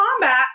combat